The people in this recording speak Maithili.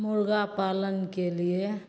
मुर्गा पालनके लिये